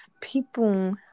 people